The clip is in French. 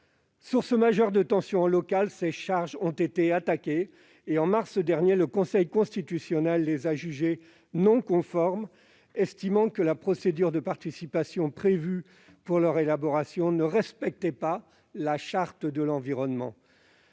Sources majeures de tension à l'échelon local, ces chartes ont été attaquées et, en mars dernier, le Conseil constitutionnel les a jugées non conformes, estimant que la procédure de participation prévue pour leur élaboration ne respectait pas la Charte de l'environnement.